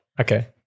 okay